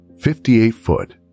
58-foot